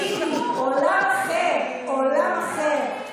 ביבי: עולם אחר, עולם אחר.